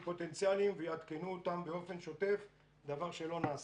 פוטנציאליים ויעדכנו אותם באופן שוטף דבר שלא נעשה.